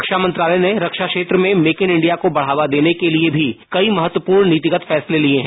रक्षा मंत्रालय ने रक्षा क्षेत्र में मेक इन इंडिया को बढ़ावा देने के लिए भी कई महत्वपूर्ण नीतिगत फैसले लिए हैं